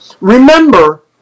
remember